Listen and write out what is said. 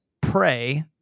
pray